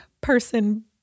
person